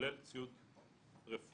כולל ציוד רפואי